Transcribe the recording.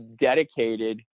dedicated